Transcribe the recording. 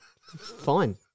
fine